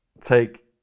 take